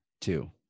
Two